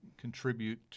contribute